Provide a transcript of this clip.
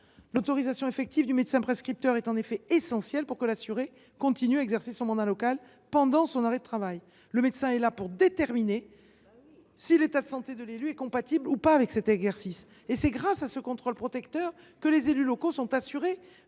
L’autorisation effective du médecin prescripteur est en effet essentielle pour que l’assuré continue à exercer son mandat local pendant son arrêt de travail. Eh oui ! Le médecin est là pour déterminer si l’état de santé de l’élu est compatible ou non avec cet exercice. Et c’est grâce à ce contrôle protecteur que les élus locaux sont assurés